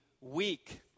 weak